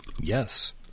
Yes